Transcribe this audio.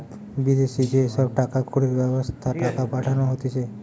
বিদেশি যে সব টাকা কড়ির ব্যবস্থা টাকা পাঠানো হতিছে